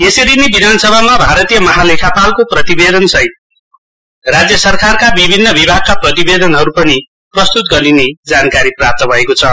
यसरी नै विधानसभामा भारतीय महालेखापालको प्रतिवेदनसहित राज्य सरकारका विभिन्न विभागका प्रतिवेदनहरू पनि प्रस्तुत गरिने जानकारी प्राप्त भएको छ